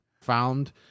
found